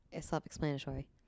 Self-explanatory